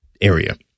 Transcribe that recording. area